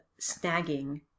snagging